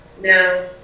No